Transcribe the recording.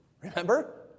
Remember